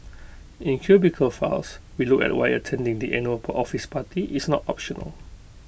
in cubicle files we look at why attending the annual office party is not optional